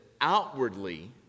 outwardly